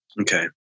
Okay